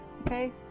okay